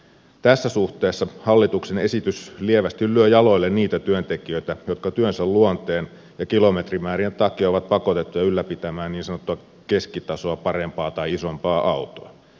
tässä suhteessa hallituksen esitys lievästi lyö jaloille niitä työntekijöitä jotka työnsä luonteen ja kilometrimäärien takia ovat pakotettuja ylläpitämään niin sanottua keskitasoa parempaa tai isompaa autoa